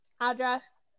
address